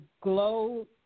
Glow